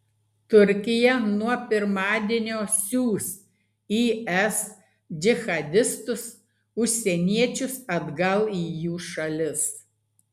turkija nuo pirmadienio siųs is džihadistus užsieniečius atgal į jų šalis